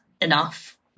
enough